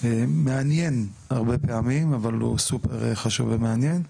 מעניין הרבה פעמים, אבל הוא סופר חשוב ומעניין,